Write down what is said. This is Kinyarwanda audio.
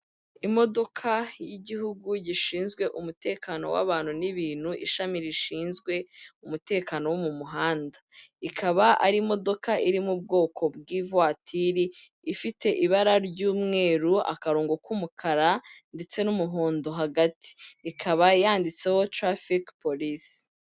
Imodoka y'igihugu gishinzwe umutekano w'abantu n'ibintu ishami rishinzwe umutekano wo mu muhanda, ikaba ari imodoka iri mu ubwoko bw'ivatiri, ifite ibara ry'umweru akarongo k'umukara ndetse n'umuhondo hagati, ikaba yanditseho Traffic Police.